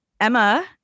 Emma